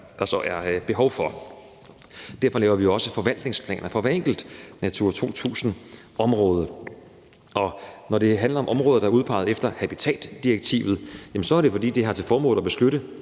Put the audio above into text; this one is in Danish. der så er behov for. Derfor laver vi også forvaltningsplaner for hvert enkelt Natura 2000-område. Når det handler om områder, der er udpeget efter habitatdirektivet, er det, fordi det har til formål at beskytte